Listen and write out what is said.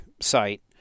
site